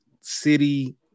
city